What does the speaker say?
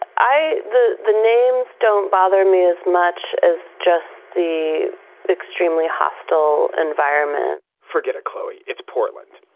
i the the names don't bother me as much as just the extremely hostile environment forget it, chloe. it's portland.